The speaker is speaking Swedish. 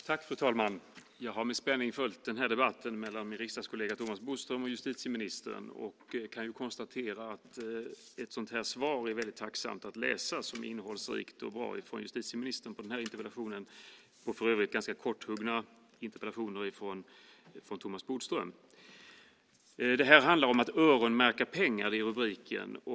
Fru talman! Jag har med spänning följt den här debatten mellan min riksdagskollega Thomas Bodström och justitieministern. Svaret från justitieministern på den här interpellationen är väldigt tacksamt att läsa. Det är innehållsrikt och bra. Det är för övrigt ganska korthuggna interpellationer från Thomas Bodström. Det handlar om att öronmärka pengar enligt rubriken.